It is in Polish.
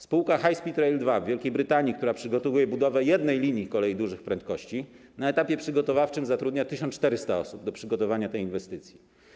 Spółka High Speed Rail 2 w Wielkiej Brytanii, która przygotowuje budowę jednej linii kolei dużych prędkości, na etapie przygotowawczym zatrudnia 1400 osób do przygotowania tej inwestycji.